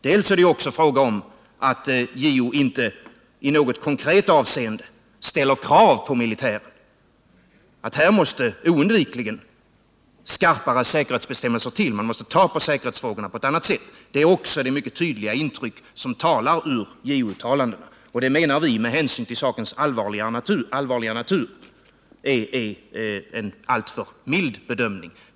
För det andra är det fråga om att JO inte i något konkret avseende ställer krav på militären, att här måste oundvikligen skarpare säkerhetsbestämmelser till — man måste ta på säkerhetsfrågorna på ett annat sätt. Det är det mycket tydliga intryck som JO-uttalandena ger, och det menar vi, med hänsyn till sakens allvarliga natur, är en alltför mild bedömning.